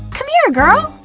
come here, girl!